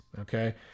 okay